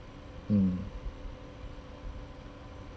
mm